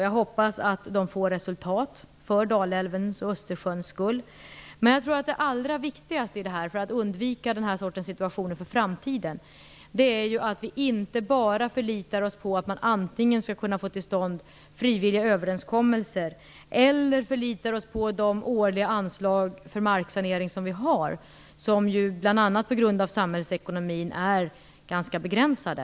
Jag hoppas att de uppnår resultat, för Dalälvens och Östersjöns skull, men jag tror att det allra viktigaste om man vill undvika den här sortens situationer i framtiden är att vi inte bara förlitar oss på antingen frivilliga överenskommelser eller de årliga anslag för marksanering som vi har, vilka ju bl.a. på grund av samhällsekonomin är ganska begränsade.